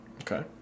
Okay